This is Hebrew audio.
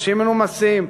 אנשים מנומסים.